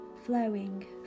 flowing